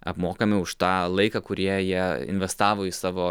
apmokami už tą laiką kurie jie investavo į savo